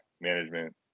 management